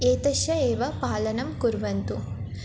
एतस्य एव पालनं कुर्वन्तु